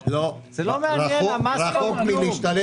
רחוק מלהשתלם